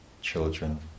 children